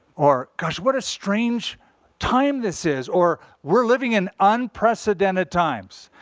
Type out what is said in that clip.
or gosh, what a strange time this is. or, we're living in unprecedented times.